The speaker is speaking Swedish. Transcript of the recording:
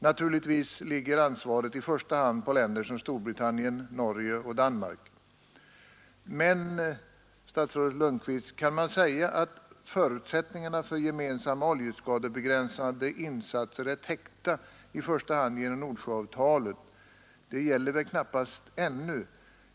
Naturligtvis ligger ansvaret i första hand på länder som Storbritannien, Norge och Danmark. Men — statsrådet Lundkvist — kan man säga att ”förutsättningarna för gemensamma oljeskadebegränsande insatser täckta i första hand genom Nordsjöavtalet ———-”? Detta gäller väl knappast ännu?